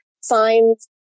signs